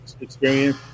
experience